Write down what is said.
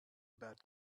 about